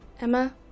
Emma